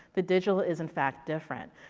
the digital is in fact different.